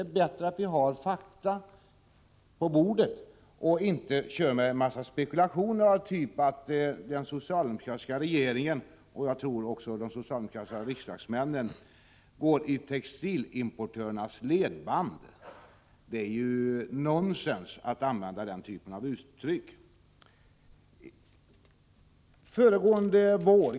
Det är bättre att diskutera när man har fakta på bordet än att föra fram spekulationer, av typen att den socialdemokratiska regeringen och väl även de socialdemokratiska riksdagsmännen går i textilimportörernas ledband. Det är nonsens att använda den typen av uttryck.